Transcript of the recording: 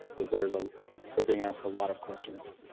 is they're is ah they're being asked a lot of questions.